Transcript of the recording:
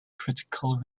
critical